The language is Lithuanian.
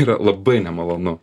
yra labai nemalonu